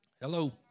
Hello